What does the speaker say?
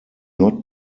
not